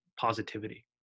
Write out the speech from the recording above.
positivity